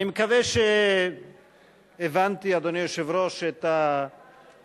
אני מקווה שהבנתי, אדוני היושב-ראש, את הדוברים.